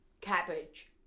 Cabbage